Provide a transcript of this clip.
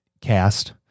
Cast